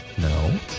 No